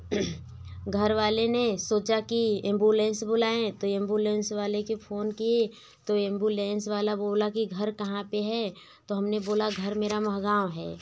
घरवाले ने सोचा कि एम्बुलेंस बुलाएँ तो एम्बुलेंस वाले को फोन किए तो एम्बुलेंस वाला बोला कि घर कहाँ पर है तो हमने बोला घर मेरा महगाँव है